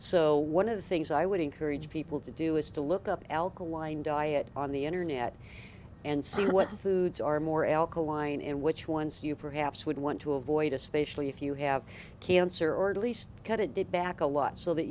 so one of the things i would encourage people to do is to look up alkaline diet on the internet and see what foods are more alkaline and which ones you perhaps would want to avoid especially if you have cancer or at least cut it did back a lot so that